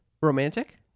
Romantic